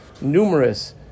numerous